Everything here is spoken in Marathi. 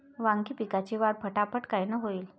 वांगी पिकाची वाढ फटाफट कायनं होईल?